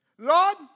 Lord